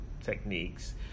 techniques